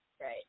Right